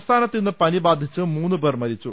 സംസ്ഥാനത്ത് ഇന്ന് പനി ബാധിച്ച് മൂന്നു പേർ മരിച്ചു